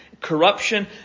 corruption